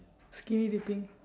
skinny dipping